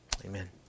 Amen